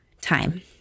time